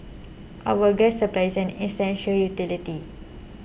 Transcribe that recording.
our gas supply is an essential utility